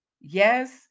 Yes